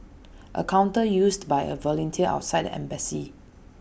A counter used by A volunteer outside the embassy